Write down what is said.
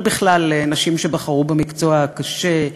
אבל בכלל לנשים שבחרו במקצוע הקשה,